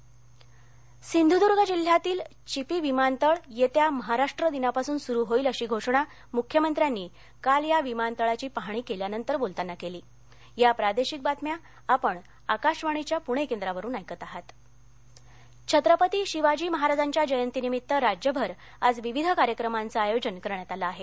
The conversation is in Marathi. चिपी विमानतळ सिंधदर्ग सिंधुर्दुर्ग जिल्ह्यातील चिपी विमानतळ येत्या महाराष्ट्र दिनापासून सुरू होईल अशी घोषणा मुख्यमंत्र्यांनी काल या विमानतळाची पाहणी केल्यानंतर बोलताना केली शिवजयंती नाशिक छत्रपती शिवाजी महाराजांच्या जयंतीनिमित्त राज्यभर आज विविध कार्यक्रमांचं आयोजन करण्यात आलं आहे